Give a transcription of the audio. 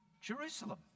Jerusalem